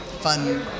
fun